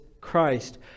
Christ